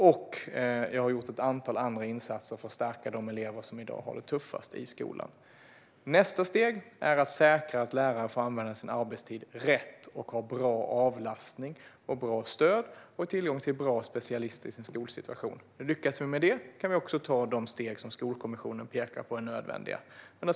Jag har även gjort ett antal andra insatser för att stärka de elever som i dag har det tuffast i skolan. Nästa steg är att säkerställa att lärarna får använda sin arbetstid rätt, att de har bra avlastning och stöd samt att de har tillgång till bra specialister i sin skolsituation. Om vi lyckas med det kan vi också ta de steg som Skolkommissionen pekar på är nödvändiga.